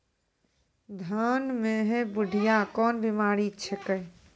धान म है बुढ़िया कोन बिमारी छेकै?